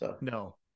No